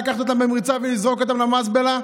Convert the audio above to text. לקחת אותם במריצה ולזרוק אותם למזבלה?